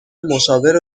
مشاور